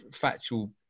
factual